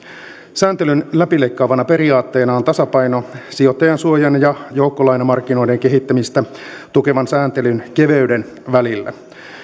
sääntelyn läpileikkaavana periaatteena on tasapaino sijoittajansuojan ja joukkolainamarkkinoiden kehittämistä tukevan sääntelyn keveyden välillä